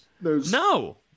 No